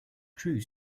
cruise